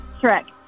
Correct